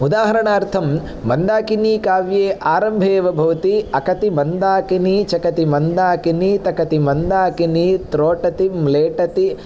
उदाहरणार्थं मन्दाकिनीकाव्ये आरम्भे एव भवति अकति मन्दाकिनी चकति मन्दाकिनी तकति मन्दाकिनी त्रोटतिं लेटति